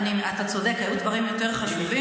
אתה צודק, היו גם דברים יותר חשובים.